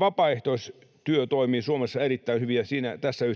Vapaaehtoistyö toimii Suomessa erittäin hyvin, ja tässä